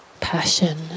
passion